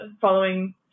following